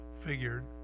figured